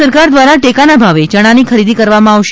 રાજ્ય સરકાર દ્વારા ટેકાના ભાવે યણાની ખરીદી કરવામાં આવશે